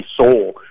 soul